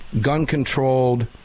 gun-controlled